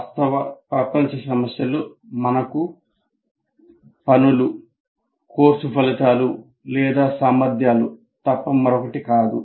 వాస్తవ ప్రపంచ సమస్యలు మనకు పనులు కోర్సు ఫలితాలు లేదా సామర్థ్యాలు తప్ప మరొకటి కాదు